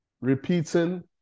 repeating